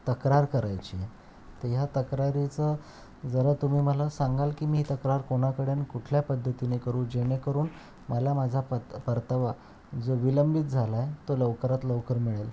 तक्रार करायची आहे तर ह्या तक्रारीचं जरा तुम्ही मला सांगाल की मी तक्रार कोणाकडून कुठल्या पद्धतीने करू जेणेकरून मला माझा पत परतावा जो विलंबित झाला आहे तो लवकरात लवकर मिळेल